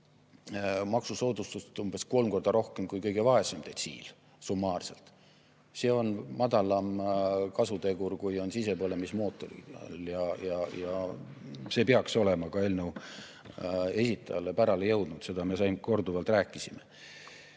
maksusoodustust umbes kolm korda rohkem kui kõige vaesem detsiil summaarselt. See on madalam kasutegur, kui on sisepõlemismootoril, ja see peaks olema ka eelnõu esitajale pärale jõudnud. Sellest me korduvalt rääkisime,